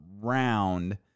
round